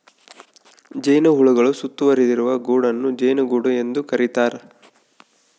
ಜೇನುಹುಳುಗಳು ಸುತ್ತುವರಿದಿರುವ ಗೂಡನ್ನು ಜೇನುಗೂಡು ಎಂದು ಕರೀತಾರ